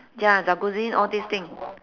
ya jacuzzi all these thing